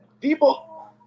People